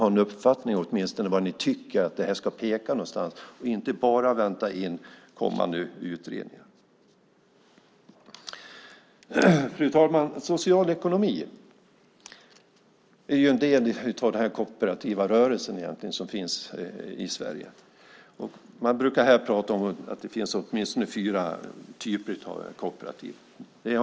Ni borde åtminstone ha en uppfattning om vart detta ska peka och inte bara vänta in kommande utredningar. Fru talman! Socialekonomi är egentligen en del av den kooperativa rörelsen i Sverige. Man brukar prata om att det finns åtminstone fyra typer av kooperativ i Sverige.